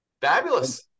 Fabulous